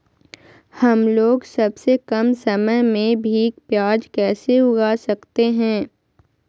हमलोग सबसे कम समय में भी प्याज कैसे उगा सकते हैं?